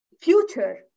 future